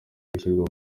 igashyirwa